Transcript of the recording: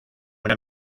una